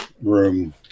room